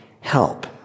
help